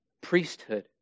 priesthood